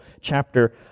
chapter